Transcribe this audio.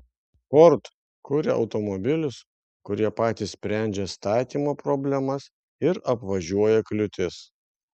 ford kuria automobilius kurie patys sprendžia statymo problemas ir apvažiuoja kliūtis